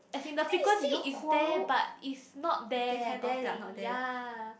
as in the frequency is there but is not there kind of thing yea